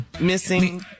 missing